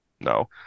no